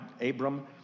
Abram